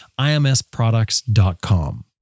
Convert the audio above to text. IMSproducts.com